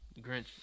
Grinch